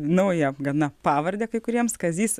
naują gana pavardę kai kuriems kazys